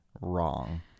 wrong